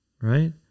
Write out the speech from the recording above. right